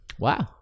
Wow